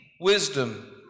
wisdom